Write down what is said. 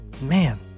man